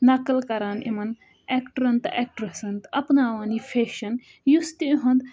نقل کَران یِمَن ایٚکٹرَن تہٕ ایٚکٹرسَن تہٕ اَپناوان یہِ فیشَن یُس تِہُنٛد